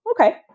Okay